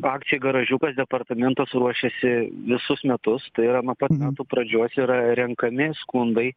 akcijai garažiukas departamentas ruošiasi visus metus tai yra nuo pat metų pradžios yra renkami skundai